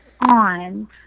on